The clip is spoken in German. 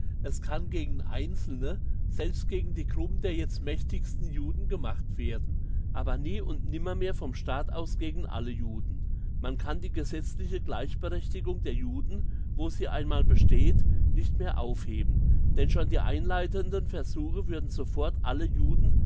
es kann gegen einzelne selbst gegen die gruppen der jetzt mächtigsten juden gemacht werden aber nie und nimmermehr vom staat aus gegen alle juden man kann die gesetzliche gleichberechtigung der juden wo sie einmal besteht nicht mehr aufheben denn schon die einleitenden versuche würden sofort alle juden